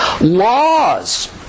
laws